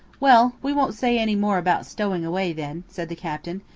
well, we won't say any more about stowing away, then, said the captain.